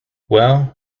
well